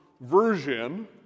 version